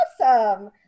awesome